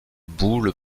boules